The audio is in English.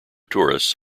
tourists